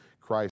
Christ